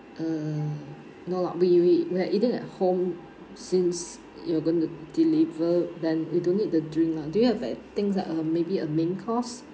uh no lah we we we are eating at home since you're going to deliver then we don't need the drink lah do you have like things like uh maybe a main course